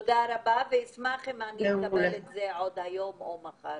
אני אשמח אם אקבל את זה עוד היום או מחר.